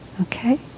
Okay